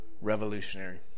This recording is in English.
Revolutionary